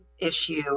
issue